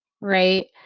right